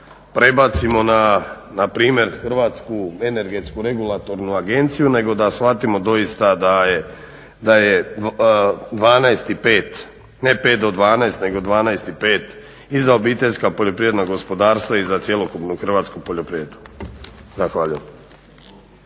prebacimo na primjer Hrvatsku energetsku regulatornu agenciju nego da shvatimo dosita da je 12 i 5, ne 5 do 12 nego 12 i 5 i za obiteljska poljoprivredna gospodarstva i za cjelokupnu hrvatsku poljoprivredu. Zahvaljujem.